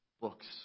books